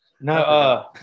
No